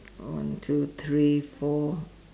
one two three four